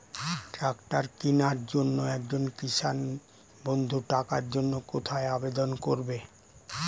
Tractor কিনার জন্য একজন কৃষক বন্ধু টাকার জন্য কোথায় আবেদন করবে?